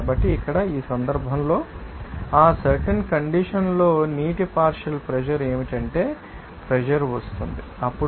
కాబట్టి ఇక్కడ ఈ సందర్భంలో ఆ సర్టెన్ కండీషన్ లో నీటి పార్షియల్ ప్రెషర్ ఏమిటంటే ప్రెషర్ వస్తోంది అప్పుడు అది 49